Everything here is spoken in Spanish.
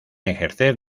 ejercer